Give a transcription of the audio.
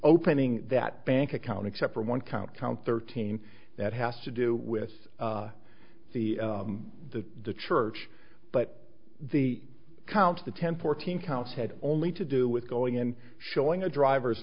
opening that bank account except for one count count thirteen that has to do with the the the church but the count of the ten fourteen counts had only to do with going in showing a driver's